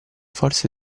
forza